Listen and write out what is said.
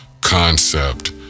concept